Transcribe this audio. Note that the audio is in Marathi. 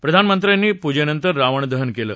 प्रधानमंत्र्यांनी पूजेनंतर रावणदहन केलं